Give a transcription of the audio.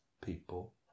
people